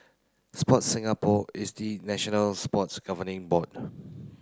Sports Singapore is the national sports governing